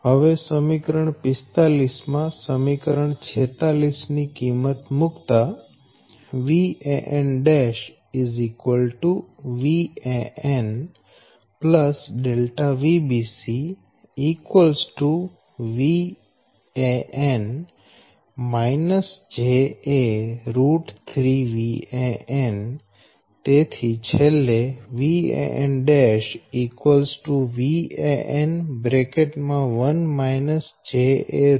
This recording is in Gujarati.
હવે સમીકરણ 45 માં સમીકરણ 46 ની કિંમત મુકતા Van' Van ΔVbc Van ja3Van Van